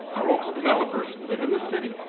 our local developers live in the city,